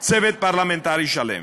צוות פרלמנטרי שלם.